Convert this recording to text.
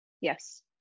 Yes